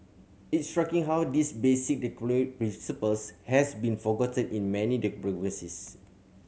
it's striking how this basic principles has been forgotten in many democracies